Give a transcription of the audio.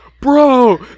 bro